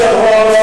שזה שאני לא מגיב,